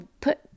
put